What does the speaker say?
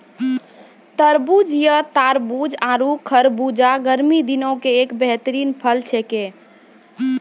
तरबूज या तारबूज आरो खरबूजा गर्मी दिनों के एक बेहतरीन फल छेकै